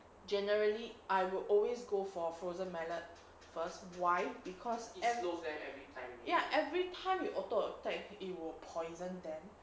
generally I will always go for frozen mallet first why because and ya every time you auto attack it will poison them